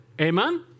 Amen